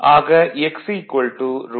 ஆக X √